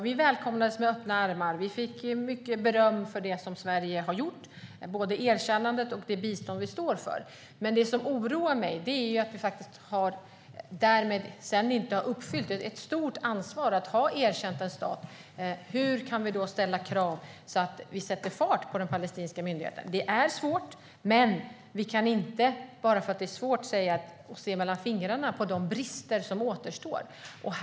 Vi välkomnades med öppna armar och fick mycket beröm för det Sverige har gjort, både erkännandet och det bistånd som vi står för. Men det som oroar mig är vad vi sedan inte har gjort. Det är ett stort ansvar att ha erkänt en stat. Hur kan vi då ställa krav så att vi sätter fart på den palestinska myndigheten? Det är svårt. Men vi kan inte - bara därför att det är svårt - se mellan fingrarna med de brister som är kvar.